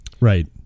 Right